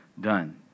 done